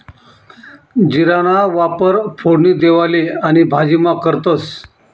जीराना वापर फोडणी देवाले आणि भाजीमा करतंस